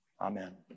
Amen